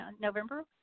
November